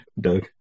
Doug